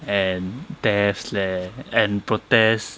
and deaths leh and protests